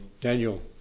Daniel